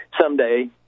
someday